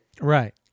Right